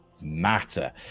Matter